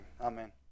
Amen